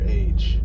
age